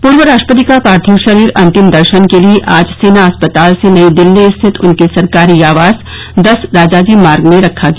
पूर्व राष्ट्रपति का पार्थिव शरीर अंतिम दर्शन के लिए आज सेना अस्पताल से नई दिल्ली स्थित उनके सरकारी आवास दस राजाजी मार्ग में रखा गया